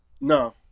No